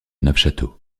neufchâteau